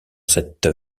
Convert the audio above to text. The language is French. cette